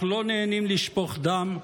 אנחנו לא נהנים לשפוך דם,